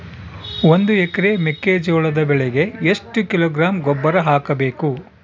ಒಂದು ಎಕರೆ ಮೆಕ್ಕೆಜೋಳದ ಬೆಳೆಗೆ ಎಷ್ಟು ಕಿಲೋಗ್ರಾಂ ಗೊಬ್ಬರ ಹಾಕಬೇಕು?